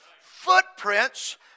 Footprints